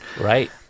Right